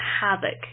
havoc